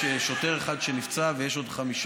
יש שוטר אחד שנפצע, ויש עוד חמישה,